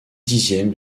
dixième